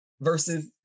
versus